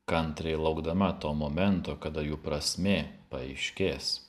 kantriai laukdama to momento kada jų prasmė paaiškės